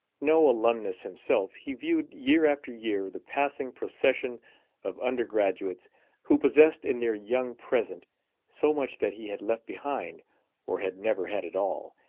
no alumnus himself, he viewed, year after year, the passing procession of undergraduates who possessed in their young present so much that he had left behind or had never had at all,